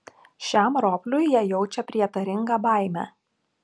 šiam ropliui jie jaučia prietaringą baimę